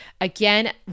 again